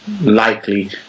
likely